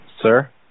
Sir